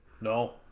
no